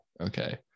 okay